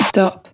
Stop